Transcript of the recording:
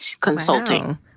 consulting